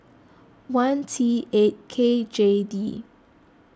one T eight K J D